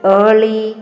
early